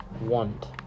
want